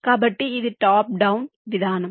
కాబట్టి ఇది top down విధానం